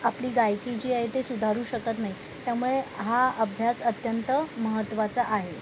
आपली गायकी जी आहे ते सुधारू शकत नाही त्यामुळे हा अभ्यास अत्यंत महत्त्वाचा आहे